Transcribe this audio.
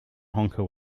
honker